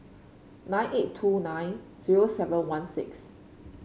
nine eight two nine zero seven one six